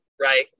right